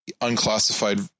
unclassified